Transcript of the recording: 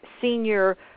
senior